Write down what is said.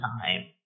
time